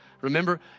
Remember